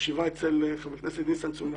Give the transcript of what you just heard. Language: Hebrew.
בישיבה אצל חבר הכנסת ניסן סלומינסקי,